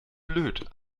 blöd